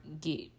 get